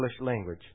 language